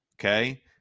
Okay